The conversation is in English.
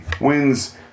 wins